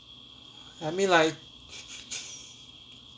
i mean like